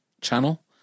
channel